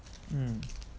mm